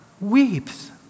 weeps